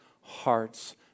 heart's